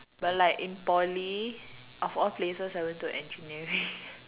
but like in Poly of all places I went to engineering